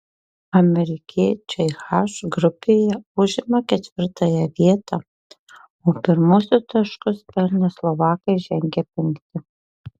amerikiečiai h grupėje užima ketvirtąją vietą o pirmuosius taškus pelnę slovakai žengia penkti